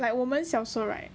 like 我们小时侯 right